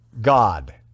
God